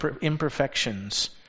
imperfections